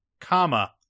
comma